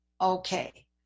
okay